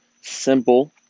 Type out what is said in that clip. simple